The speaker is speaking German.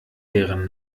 deren